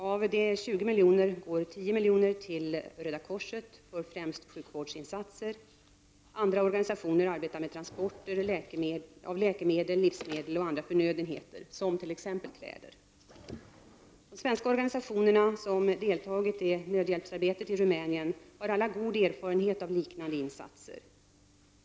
Av de 20 miljonerna går 10 miljoner till Röda korset för främst sjukvårdsinsatser. Andra organisationer arbetar med transporter av läkemedel, livsmedel och andra förnödenheter, t.ex. kläder. De svenska organisationer som deltagit i nödhjälpsarbetet i Rumänien har alla god erfarenhet av liknande insatser.